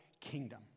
kingdom